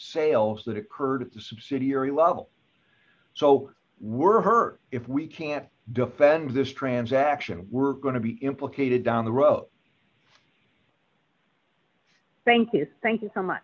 sales that occurred at the subsidiary level so we're hurt if we can't defend this transaction we're going to be implicated down the road thank you thank